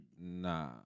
Nah